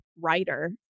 writer